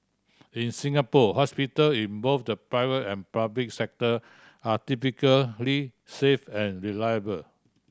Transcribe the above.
in Singapore hospital in both the private and public sector are typically safe and reliable